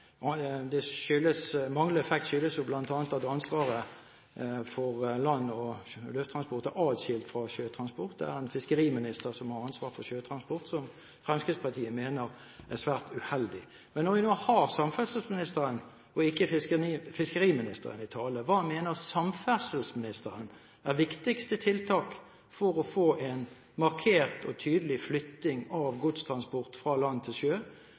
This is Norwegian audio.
skyldes jo bl.a. at ansvaret for land- og lufttransport er atskilt fra sjøtransport. Det er en fiskeriminister som har ansvaret for sjøtransport, noe Fremskrittspartiet mener er svært uheldig. Men når jeg nå har samferdselsministeren – og ikke fiskeriministeren – i tale: Hva mener samferdselsministeren er viktigste tiltak for å få en markert og tydelig flytting av godstransport fra land til sjø?